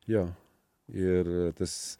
jo ir tas